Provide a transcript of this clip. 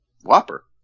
whopper